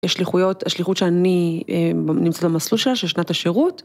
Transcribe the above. ‫השליחות שאני נמצאת במסלול שלה ‫של שנת השירות.